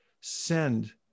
send